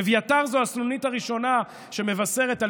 אביתר זו הסנונית הראשונה שמבשרת על